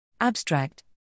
Abstract